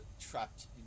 trapped